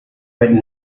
but